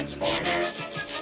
Transformers